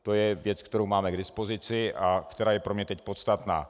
To je věc, kterou máme k dispozici a která je pro mě teď podstatná.